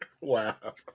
Wow